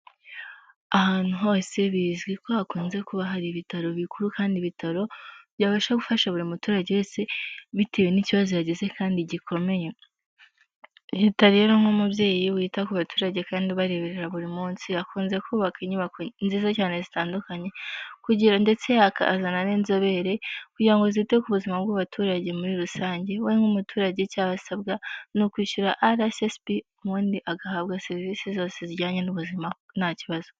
Ahantu hose bizwi ko hakunze kuba hari Ibitaro bikuru kandi Ibitaro byabasha gufasha buri wese bitewe n'ikibazo yagize kandi gikomeye. Leta rero nk'umubyeyi wita ku baturage kandi ubareberera buri munsi, akunze kubaka inyubako nziza cyane zitandukanye, kugira ndetse akazana n'inzobere kugira ngo ngo zite ku buzima bw'abaturage muri rusange. We nk'umuturage icyo aba asabwa ni ukwishyura RSSB ubundi agahabwa sevisi zose zijyanye n'ubuzima nta kibazo.